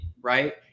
right